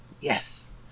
Yes